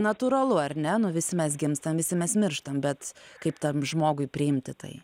natūralu ar ne nu visi mes gimstam visi mes mirštam bet kaip tam žmogui priimti tai